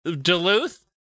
Duluth